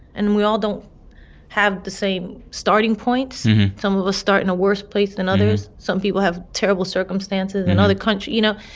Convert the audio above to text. and we all don't have the same starting points some of us start in a worse place than others, some people have terrible circumstances in other countries, you know?